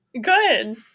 Good